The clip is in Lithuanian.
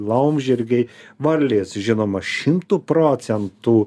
laumžirgiai varlės žinoma šimtu procentų